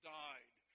died